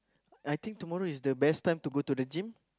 I think tomorrow is the best time to go to the gym